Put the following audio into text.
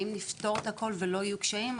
האם נפתור את הכול ולא יהיו קשיים?